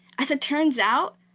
as it turns out,